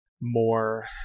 more